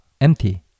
empty